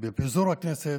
עם פיזור הכנסת,